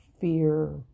fear